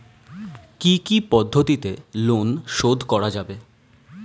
কি কি পদ্ধতিতে লোন শোধ করা যাবে?